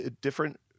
different